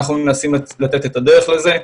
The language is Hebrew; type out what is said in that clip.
אנחנו מנסים לתת את הדרך לזה.